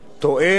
מטעה,